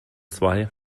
zwei